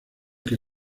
que